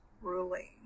Ruling